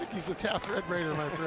he's a taft red raider, my